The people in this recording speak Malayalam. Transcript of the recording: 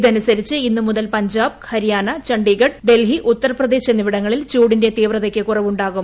ഇതനുസരിച്ച് ഇന്ന് മുതൽ പഞ്ചാബ് ഹരിയാന് ചണ്ണ്ഡിഗഡ് ഡൽഹി ഉത്തർപ്രദേശ് എന്നിവിടങ്ങളിൽ ചൂടിന്റെ തീവ്രതയ്ക്ക് കുറവുണ്ടാകും